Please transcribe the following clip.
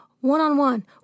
one-on-one